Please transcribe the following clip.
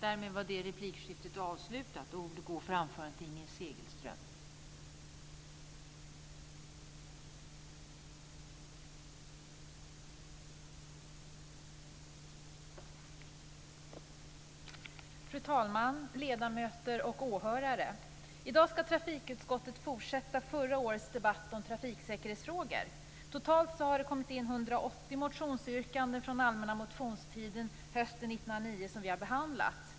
Fru talman! Ledamöter och åhörare! I dag ska trafikutskottet fortsätta förra årets debatt om trafiksäkerhetsfrågor. Totalt har det kommit in 108 motionsyrkanden från den allmänna motionstiden hösten 1999 som vi har behandlat.